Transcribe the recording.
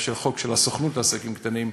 החוק של הסוכנות לעסקים קטנים,